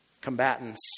combatants